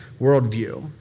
worldview